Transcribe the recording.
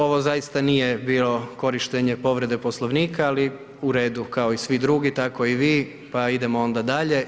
Ovo zaista nije bilo korištenje povrede Poslovnika, ali u redu, kao i svi drugi, tako i vi, pa idemo onda dalje.